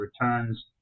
returns